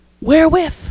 wherewith